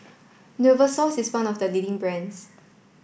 Novosource is one of the leading brands